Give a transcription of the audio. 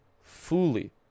fully